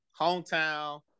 Hometown